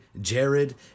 Jared